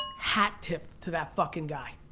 hat tip to that fuckin' guy.